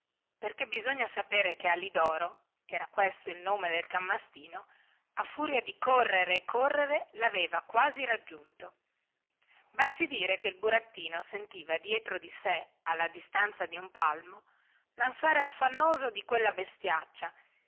perché bisogna sapere che alidoro era questo il nome del can mastino a furia di correre e correre laveva quasi raggiunto basti dire che il burattino sentiva dietro di sé alla distanza dun palmo lansare affannoso di quella bestiaccia